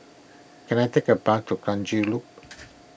can I take a bus to Kranji Loop